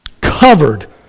Covered